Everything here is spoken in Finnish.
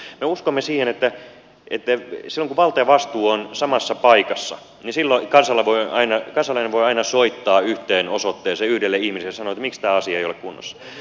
me uskomme siihen että silloin kun valta ja vastuu ovat samassa paikassa kansalainen voi aina soittaa yhteen osoitteeseen yhdelle ihmiselle ja kysyä miksi tämä asia ei ole kunnossa